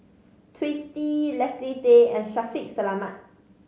Twisstii Leslie Tay and Shaffiq Selamat